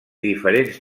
diferents